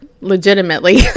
legitimately